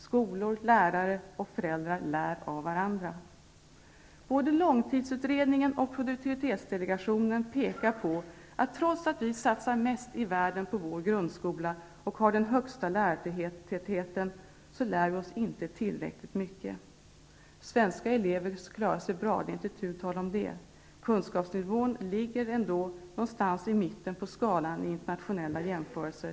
Skolor, lärare och föräldrar lär av varandra. Både långtidsutredningen och produktivitetsdelegationen pekar på att vi här i Sverige inte lär oss tillräckligt mycket i skolan, trots att vi satsar mest i världen på vår grundskola och har den högsta lärartätheten. Svenska elever klarar sig bra -- det är inte tu tal om det. Kunskapsnivån ligger ändå någonstans i mitten på skalan i internationella jämförelser.